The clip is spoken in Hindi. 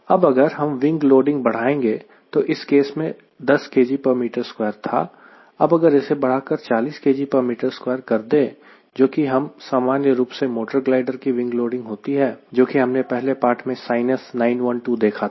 अब अगर हम विंग लोडिंग बढ़ाएंगे जो इस केस में 10 kgm2 था अब अगर इसे बढ़ाकर 40 kgm2 कर दे जो कि सामान्य रूप से मोटर ग्लाइडर की विंग लोडिंग होती है जो कि हमने पहले पाठ में Sinus 912 देखा था